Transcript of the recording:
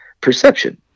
perception